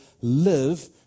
live